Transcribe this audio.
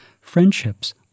friendships